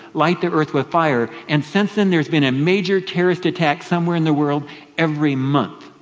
light the earth with fire and since then there's been a major terrorist attack somewhere in the world every month.